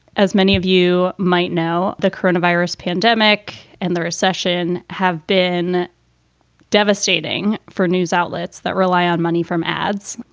as many of you might know, the coronavirus pandemic and the recession have been devastating for news outlets that rely on money from ads.